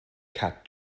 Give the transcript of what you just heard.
cat